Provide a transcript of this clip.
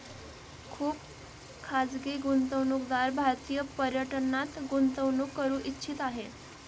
खुप खाजगी गुंतवणूकदार भारतीय पर्यटनात गुंतवणूक करू इच्छित आहे